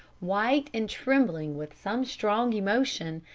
white and trembling with some strong emotion,